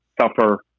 suffer